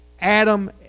Adam